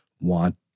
want